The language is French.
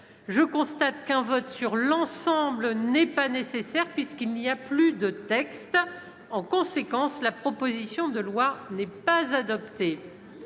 je constate qu'un vote sur l'ensemble n'est pas nécessaire, puisqu'il n'y a plus de texte. En conséquence, la proposition de loi n'est pas adoptée.